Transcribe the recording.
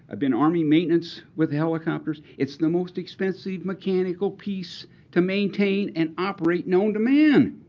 i've been army maintenance with helicopters. it's the most expensive mechanical piece to maintain and operate known to man.